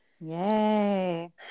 Yay